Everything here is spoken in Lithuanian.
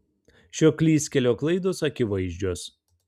šio klystkelio klaidos akivaizdžios